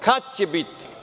Kad će biti?